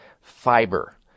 fiber